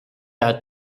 out